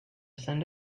send